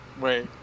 Wait